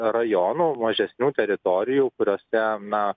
rajonų mažesnių teritorijų kuriose na